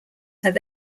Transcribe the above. have